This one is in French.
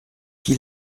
qui